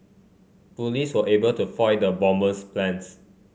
police were able to foil the bomber's plans